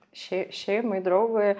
šei šeimai draugui